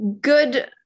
good